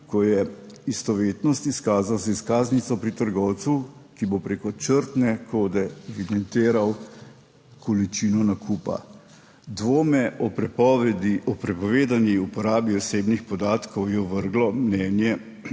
ko je istovetnost izkazal z izkaznico pri trgovcu, ki bo prek črtne kode evidentiral količino nakupa. Dvome o prepovedi o prepovedani uporabi osebnih podatkov je ovrglo mnenje